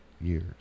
years